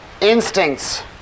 instincts